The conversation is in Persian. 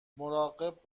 مراقب